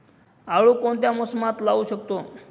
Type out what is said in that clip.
आळू कोणत्या मोसमात लावू शकतो?